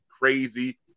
crazy